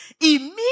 immediate